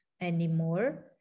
anymore